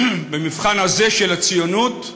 במבחן הזה של הציונות,